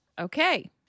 Okay